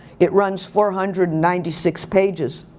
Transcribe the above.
it runs four hundred and ninety six pages.